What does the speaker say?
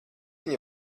viņa